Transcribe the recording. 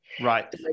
Right